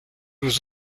was